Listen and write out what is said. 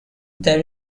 there